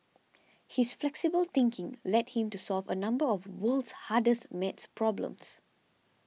his flexible thinking led him to solve a number of world's hardest math problems